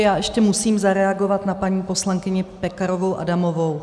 Já ještě musím zareagovat na paní poslankyni Pekarovou Adamovou.